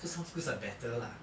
so some schools are better lah